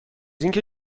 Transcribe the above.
اینکه